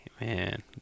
man